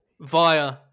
via